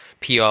PR